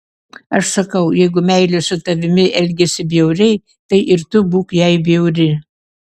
aš sakau jeigu meilė su tavimi elgiasi bjauriai tai ir tu būk jai bjauri